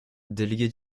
délégué